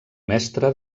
mestre